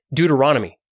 Deuteronomy